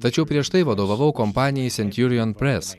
tačiau prieš tai vadovavau kompanijai centurion press